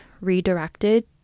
redirected